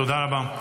תודה רבה.